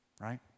right